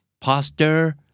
posture